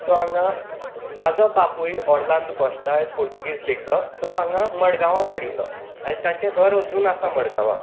तो हांगां ताचो बापूय ओर्लांद काॅश्ताय पुर्तुगीज लेखक तो हांगां मडगांवा वाडिल्लो आनी तांचें घर आसा अजुनूय मडगांवा